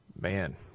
Man